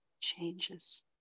changes